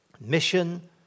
mission